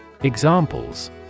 Examples